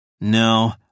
No